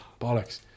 Bollocks